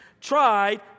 tried